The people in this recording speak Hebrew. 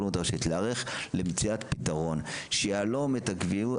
לרבנות הראשית להיערך למציאת פתרון שיהלום את הקביעות